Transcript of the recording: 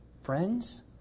friends